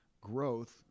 growth